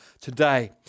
today